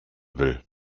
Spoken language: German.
will